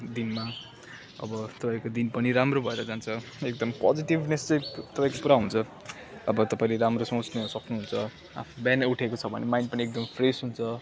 दिनमा अब त्यो एक दिन पनि राम्रो भएर जान्छ एकदम पोजिटिभनेस चाहिँ तपाईँको पुरा हुन्छ अब तपाईँले राम्रो सोच्नु सक्नुहुन्छ बिहानै उठेको छ भने माइन्ड पनि एकदमै फ्रेस हुन्छ